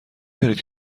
دارید